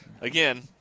Again